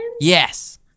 Yes